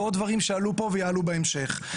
ועוד דברים שעלו פה ויעלו בהמשך.